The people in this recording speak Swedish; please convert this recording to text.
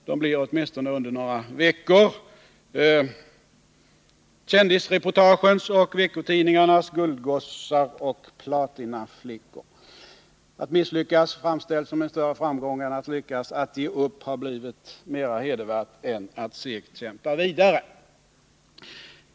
De blir åtminstone under några veckor kändisreportagens och veckotidningarnas guldgossar och platinaflickor. Att misslyckas framställs som en större framgång än att lyckas. Att ge upp har blivit mer hedervärt än att segt kämpa vidare.